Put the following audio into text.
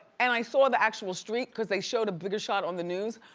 and i saw the actual street cause they showed a bigger shot on the news.